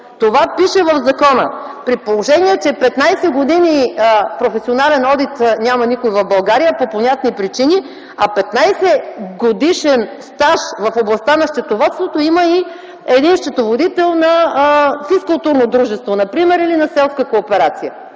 това пише в закона. При положение, че 15 години професионален одит няма никой в България по понятни причини, а 15 годишен стаж в областта на счетоводството има един счетоводител на физкултурно дружество например или на селска кооперация,